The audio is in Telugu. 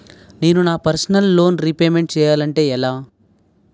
నేను నా పర్సనల్ లోన్ రీపేమెంట్ చేయాలంటే ఎలా?